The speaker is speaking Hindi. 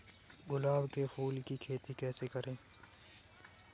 गुलाब के फूल की खेती कैसे करें?